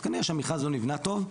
אז כנראה שהמכרז לא נבנה טוב.